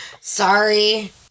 Sorry